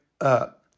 up